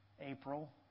April